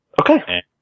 Okay